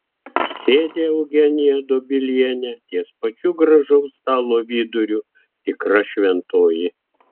sėdi eugenija dobilienė ties pačiu gražaus stalo viduriu tikra šventoji